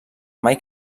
mai